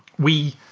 we